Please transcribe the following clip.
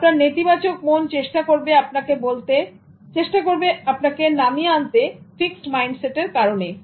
আপনার নেতিবাচক মন চেষ্টা করবে আপনাকে বলতে চেষ্টা করবে আপনাকে নামিয়ে আনতে ফিক্সড মাইন্ডসেট এর কারণে